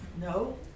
No